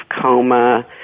coma